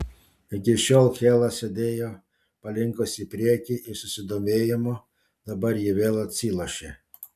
iki šiol hela sėdėjo palinkusi į priekį iš susidomėjimo dabar ji vėl atsilošė